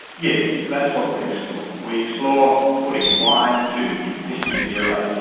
yes, that's what we explore. we explore putting wine to the existing beer rate,